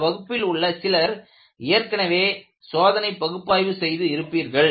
இந்த வகுப்பில் உள்ள சிலர் ஏற்கனவே சோதனை பகுப்பாய்வு செய்து இருப்பீர்கள்